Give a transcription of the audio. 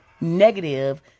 negative